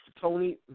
Tony